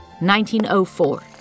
1904